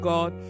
God